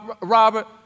Robert